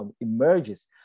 emerges